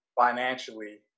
financially